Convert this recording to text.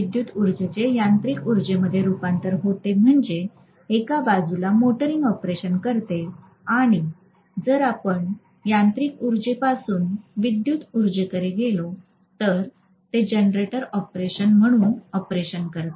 विद्युत उर्जेचे यांत्रिक उर्जेमध्ये रूपांतर होते म्हणजे एका बाजूला मोटारींग ऑपरेशन करते आणि जर आपण यांत्रिक उर्जापासून विद्युत उर्जेकडे गेलो तर ते जनरेटर ऑपरेशन म्हणून ऑपरेशन करते